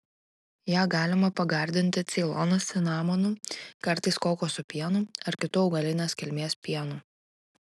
ją galima pagardinti ceilono cinamonu kartais kokosų pienu ar kitu augalinės kilmės pienu